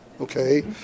okay